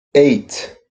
eight